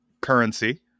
Currency